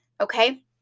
okay